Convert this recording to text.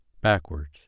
backwards